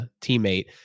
teammate